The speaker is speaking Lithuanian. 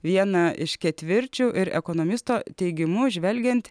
vieną iš ketvirčių ir ekonomisto teigimu žvelgiant